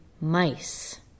mice